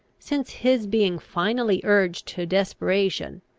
since his being finally urged to desperation,